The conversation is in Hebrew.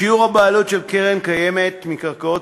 שיעור הבעלות של הקרן הקיימת על קרקעות